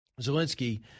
Zelensky